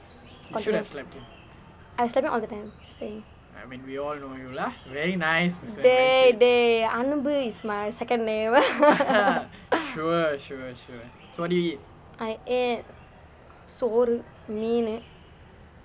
control I slap him all the time just saying dey dey Anbu is my second name I ate soru மீனு:soru meenu